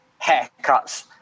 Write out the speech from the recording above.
haircuts